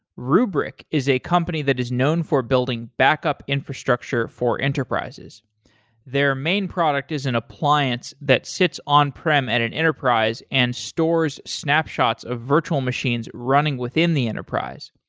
rubrik is a company that is known for building backup infrastructure for enterprises their main product is an appliance that sits on-prem at an enterprise and stores snapshots of virtual machines running within the enterprise.